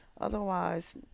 Otherwise